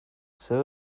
zer